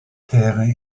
terrain